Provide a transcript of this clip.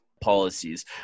Policies